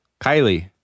Kylie